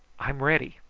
i'm ready!